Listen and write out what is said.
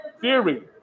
theory